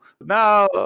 now